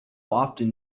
often